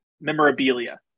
memorabilia